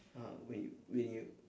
uh when when you